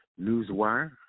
newswire